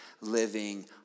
living